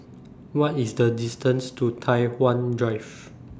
What IS The distance to Tai Hwan Drive